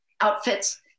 outfits